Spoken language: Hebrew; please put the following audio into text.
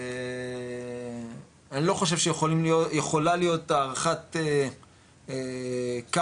אני לא חושב שיכולה להיות הערכת קרקע